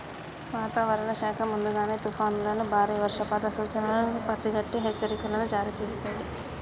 వాతావరణ శాఖ ముందుగానే తుఫానులను బారి వర్షపాత సూచనలను పసిగట్టి హెచ్చరికలను జారీ చేస్తుంది